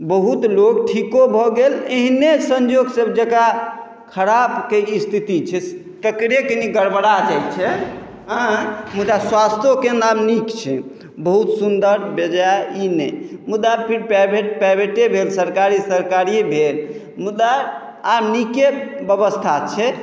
बहुत लोक ठीको भऽ गेल एहिने सञ्जोग से जकरा खराबके स्थिति छै तकरे कनि गड़बड़ा जाइत छै आँय मुदा स्वास्थ्यो केन्द्र आब नीक छै बहुत सुन्दर बेजाय ई नहि मुदा फेर प्राइवेट प्राइवेटे भेल सरकारी सरकारिए भेल मुदा आब नीके व्यवस्था छै